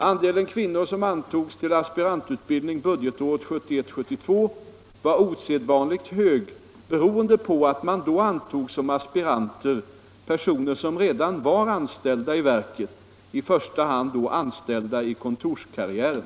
Andelen kvinnor som antogs till aspirantutbildning budgetåret 1971/72 var osedvanligt stor, beroende på att man då antog som aspiranter personer som redan var anställda i verket, i första hand anställda i kontorskarriären.